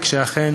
ושאכן